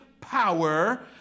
power